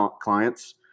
clients